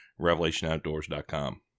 revelationoutdoors.com